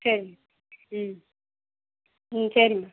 சரிங்க ம் ம் சரிங்க